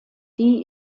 die